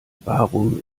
warum